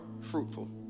fruitful